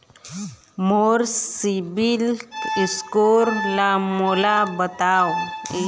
मोर CIBIL score ला मोला बताव?